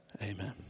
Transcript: amen